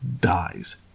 dies